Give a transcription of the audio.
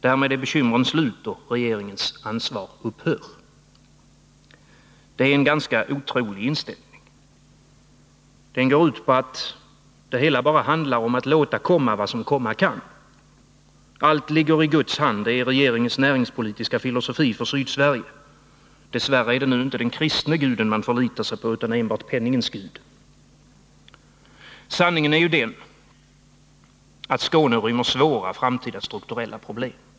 Därmed är bekymren slut, och regeringens ansvar upphör. Det är en helt otrolig inställning. Det skulle alltså bara handla om att låta komma vad som komma kan. Allt ligger i Guds hand — det är regeringens näringspolitiska filosofi för Sydsverige! Dess värre är det inte den kristne guden man förlitar sig på utan enbart penningens gud! Sanningen är den, att Skåne rymmer svåra framtida strukturella problem.